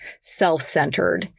self-centered